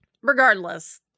regardless